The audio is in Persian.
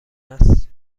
است